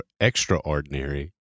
extraordinary